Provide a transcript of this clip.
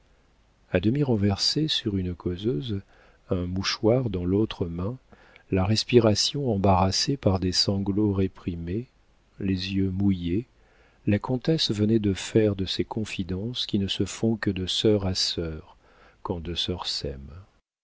a demi renversée sur une causeuse un mouchoir dans l'autre main la respiration embarrassée par des sanglots réprimés les yeux mouillés la comtesse venait de faire de ces confidences qui ne se font que de sœur à sœur quand deux sœurs s'aiment